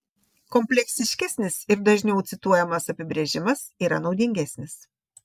kompleksiškesnis ir dažniau cituojamas apibrėžimas yra naudingesnis